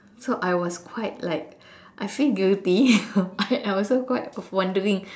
so I was quite like I feel guilty I also quite of wondering